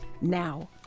now